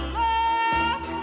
love